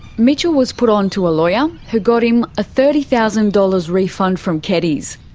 mitchell was put onto a lawyer who got him a thirty thousand dollars refund from keddies.